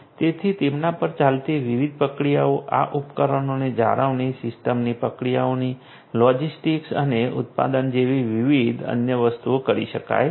તેથી તેમના પર ચાલતી વિવિધ પ્રક્રિયાઓ આ ઉપકરણોની જાળવણી સિસ્ટમની પ્રક્રિયાઓની લોજિસ્ટિક્સ અને ઉત્પાદન જેવી વિવિધ અન્ય વસ્તુઓ કરી શકાય છે